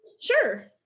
Sure